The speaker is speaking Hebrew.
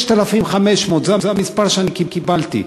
6,500. זה המספר שאני קיבלתי.